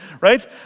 Right